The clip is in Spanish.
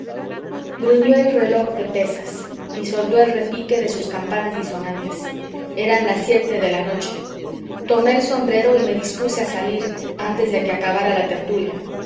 gruñó el reloj de pesas y soltó el repique de sus campanas disonantes eran las siete de la noche tomé el sombrero y me dispuse a salir antes de que acabara la tertulia